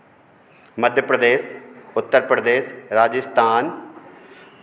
Madhya Pradesh Uttar Pradesh Rajasthan